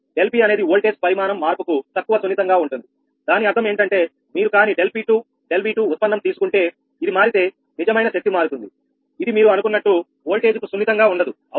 ∆𝑃 అనేది ఓల్టేజ్ పరిమాణం మార్పు కు తక్కువ సున్నితంగా ఉంటుంది దాని అర్థం ఏమిటంటే మీరు కాని ∆𝑃2 ∆𝑉2 ఉత్పన్నం తీసుకుంటే ఇది మారితే నిజమైన శక్తి మారుతుంది ఇది మీరు అనుకున్నట్టు ఓల్టేజ్ కు సున్నితంగా ఉండదు అవునా